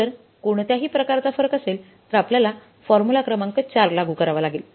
जर कोणत्याही प्रकारचा फरक असेल तर आपल्याला फॉर्म्युला क्रमांक 4 लागू करावा लागेल